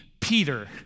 Peter